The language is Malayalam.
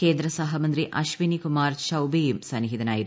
കേന്ദ്രസഹമന്ത്രി അശ്വനി കുമാർ ചൌബെയും സന്നിഹിതനായിരുന്നു